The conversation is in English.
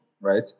Right